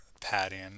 padding